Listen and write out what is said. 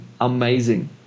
amazing